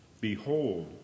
Behold